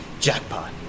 Jackpot